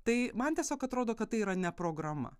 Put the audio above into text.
tai man tiesiog atrodo kad tai yra ne programa